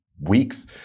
weeks